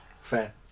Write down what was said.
Fair